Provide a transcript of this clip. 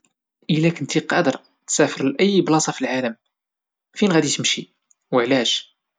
ايلا كنتي قادر تسافر لأي بلاصة فالعالم، فين غادي تمشي وعلاش؟